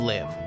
Live